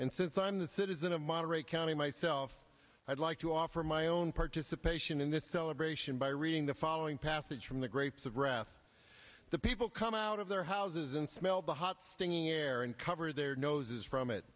and since i'm the citizen of monterey county myself i'd like to offer my own participation in this celebration by reading the following passage from the grapes of wrath the people come out of their houses and smell the hot stinging air and cover their noses from it